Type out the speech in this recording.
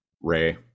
ray